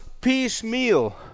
piecemeal